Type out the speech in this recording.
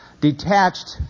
detached